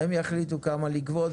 הם יחליטו כמה לגבות.